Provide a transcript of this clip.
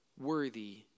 worthy